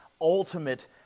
ultimate